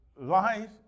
Life